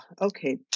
okay